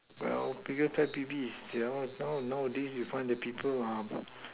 well biggest pet peeves is nowadays you find the people ah